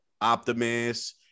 Optimus